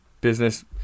business